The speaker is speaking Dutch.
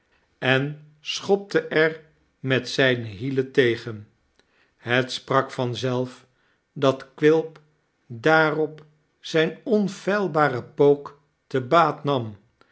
en schopte er met zijne hielen tegen het sprak van zelf dat quilp daarop zijn onfeilbaren pook te baat nam